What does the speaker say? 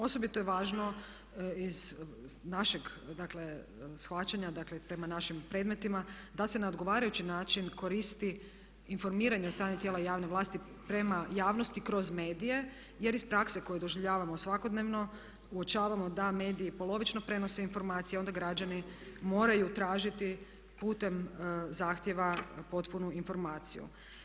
Osobito je važno iz našeg shvaćanja, dakle prema našim predmetima da se na odgovarajući način koristi informiranje od strane tijela javne vlasti prema javnosti kroz medije jer iz prakse koju doživljavamo svakodnevno uočavamo da mediji polovično prenose informacije a onda građani moraju tražiti putem zahtjeva potpunu informaciju.